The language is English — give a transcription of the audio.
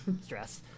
Stress